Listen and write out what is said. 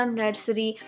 nursery